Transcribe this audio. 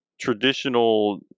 traditional